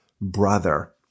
brother